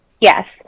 Yes